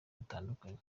butandukanye